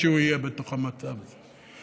כשהוא יהיה בתוך המצב הזה.